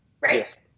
right